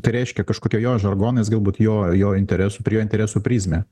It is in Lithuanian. tai reiškia kažkokio jo žargonais galbūt jo jo interesų prie interesų prizmę